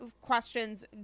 questions